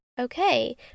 okay